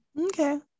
Okay